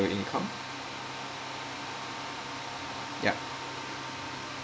income ya